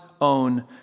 own